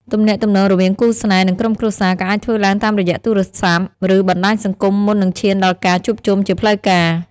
ទំនាក់ទំនងរវាងគូស្នេហ៍ និងក្រុមគ្រួសារក៏អាចធ្វើឡើងតាមរយៈទូរស័ព្ទ ឬបណ្ដាញសង្គមមុននឹងឈានដល់ការជួបជុំជាផ្លូវការ។